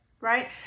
right